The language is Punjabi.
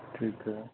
ਠੀਕ ਹੈ